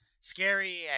scary